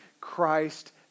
Christ